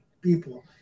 people